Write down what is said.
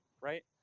right